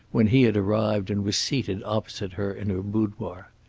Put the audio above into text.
when he had arrived and was seated opposite her in her boudoir.